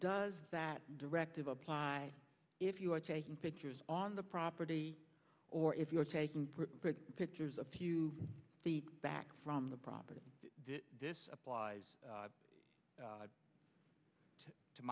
does that directive apply if you are taking pictures on the property or if you're taking pictures a few feet back from the property this applies